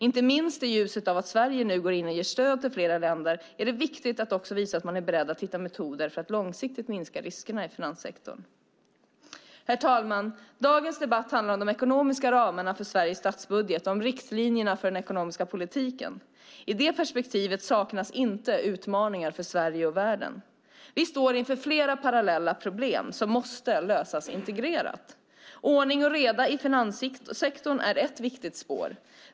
Inte minst i ljuset av att Sverige nu ger stöd till flera länder är det viktigt att visa att man är beredd att hitta metoder för att långsiktigt minska riskerna i finanssektorn. Herr talman! Den här debatten handlar om de ekonomiska ramarna för Sveriges statsbudget, om riktlinjerna för den ekonomiska politiken. I det perspektivet saknas inte utmaningar för Sverige och världen. Vi står inför flera parallella problem som måste lösas integrerat. Ordning och reda i finanssektorn är ett viktigt spår.